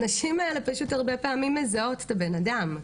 הנשים האלה הרבה פעמים מזהות את הבן אדם,